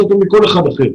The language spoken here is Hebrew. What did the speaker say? יותר טוב מכל אחד אחר.